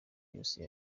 yose